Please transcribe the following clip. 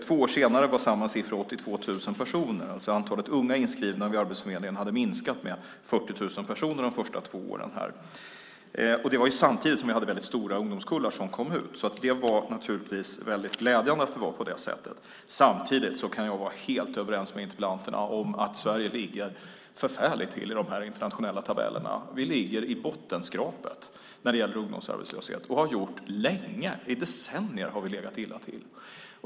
Två år senare var samma siffra 82 000 personer. Antalet unga inskrivna vid Arbetsförmedlingen hade alltså minskat med 40 000 personer de första två åren. Det var samtidigt som vi hade väldigt stora ungdomskullar som kom ut på arbetsmarknaden. Det var naturligtvis väldigt glädjande att det var på det sättet. Samtidigt kan jag vara helt överens med interpellanterna om att Sverige ligger förfärligt till i de internationella tabellerna. Vi ligger i bottenskrapet när det gäller ungdomsarbetslöshet och har gjort det länge. I decennier har vi legat illa till.